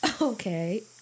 Okay